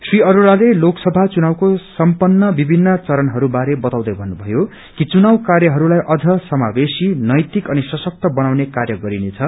श्री अरोड़ाले लोकसीा चुनावको सम्पन्न विभिन्न चरणहरू बताउँदै भन्नुषायो कि चुनाव कार्यहरूलाई अम्न समावेशी नैतिक अनि सशक्त बनाउँनै कार्य गरिनेछ